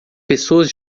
pessoas